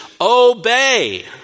Obey